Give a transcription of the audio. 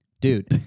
dude